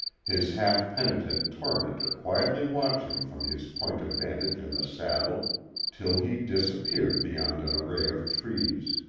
his half-penitent tormentor quietly watching him from his point of vantage in the saddle till he disappeared beyond an array of trees.